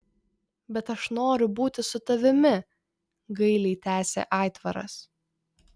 bet aš noriu būti su tavimi gailiai tęsė aitvaras